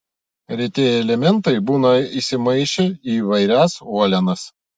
retieji elementai būna įsimaišę į įvairias uolienas